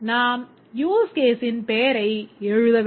நாம் use case ன் பெயரை எழுத வேண்டும்